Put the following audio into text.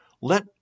Let